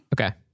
Okay